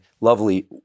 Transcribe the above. lovely